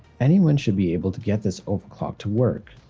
anyone should be able to get this overclock to work.